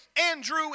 Andrew